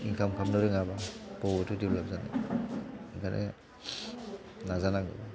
income खालामनो रोङाब्ला बबेयावथो देभलप जानो ओंखायनो नाजानांगोन